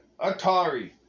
Atari